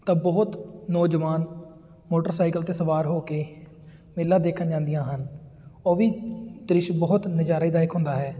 ਤਾਂ ਬਹੁਤ ਨੌਜਵਾਨ ਮੋਟਰਸਾਇਕਲ 'ਤੇ ਸਵਾਰ ਹੋ ਕੇ ਮੇਲਾ ਦੇਖਣ ਜਾਂਦੀਆਂ ਹਨ ਓਹ ਵੀ ਦ੍ਰਿਸ਼ ਬਹੁਤ ਨਜਾਰੇਦਾਇਕ ਹੁੰਦਾ ਹੈ